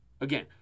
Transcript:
again